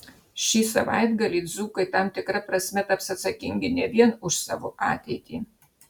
šį savaitgalį dzūkai tam tikra prasme taps atsakingi ne vien už savo ateitį